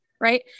right